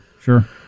Sure